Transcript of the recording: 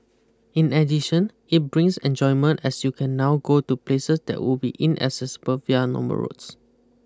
in addition it brings enjoyment as you can now go to places that would be inaccessible via normal roads